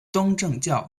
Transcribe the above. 东正教